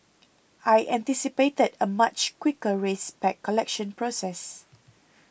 I anticipated a much quicker race pack collection process